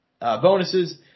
bonuses